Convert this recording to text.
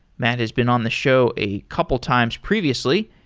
matt has been on the show a couple times previously,